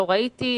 לא ראיתי,